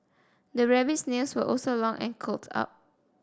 the rabbit's nails were also long and curled up